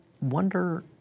wonder